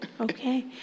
Okay